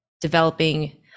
developing